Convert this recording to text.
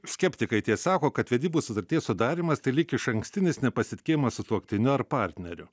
skeptikai tie sako kad vedybų sutarties sudarymas tai lyg išankstinis nepasitikėjimas sutuoktiniu ar partneriu